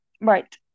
Right